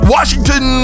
Washington